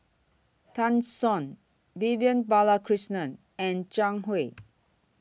Tan Shen Vivian Balakrishnan and Zhang Hui